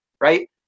right